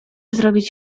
zrobić